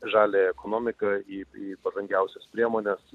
žaliąją ekonomiką į į pažangiausias priemones